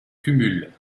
cumul